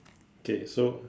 okay so